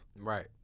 Right